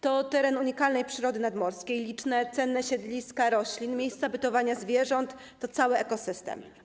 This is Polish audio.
To teren unikalnej przyrody nadmorskiej, liczne cenne siedliska roślin i miejsca bytowania zwierząt, to cały ekosystem.